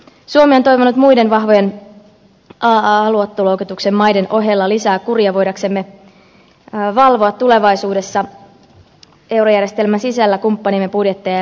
suomi on toivonut muiden vahvojen aaa luottoluokituksen maiden ohella lisää kuria voidaksemme valvoa tulevaisuudessa eurojärjestelmän sisällä kumppaniemme budjetteja ja velkaantumisastetta